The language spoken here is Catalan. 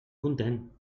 content